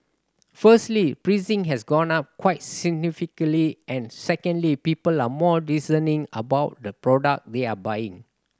firstly pricing has gone up quite significantly and secondly people are more discerning about the product they are buying